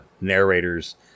narrators